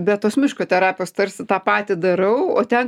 be tos miško terapijos tarsi tą patį darau o ten